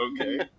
Okay